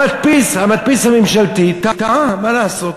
המדפיס הממשלתי טעה, מה לעשות,